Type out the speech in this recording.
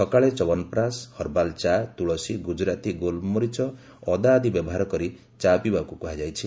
ସକାଳେ ଚବନପ୍ରାସ ହର୍ବାଲ ଚା' ତୁଳସୀ ଗୁଜୁରାତି ଗୋଲମରିଚ ଅଦା ଆଦି ବ୍ୟବହାର କରି ଚା' ପିଇବାକୁ କୁହାଯାଇଛି